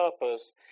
purpose